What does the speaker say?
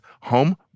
home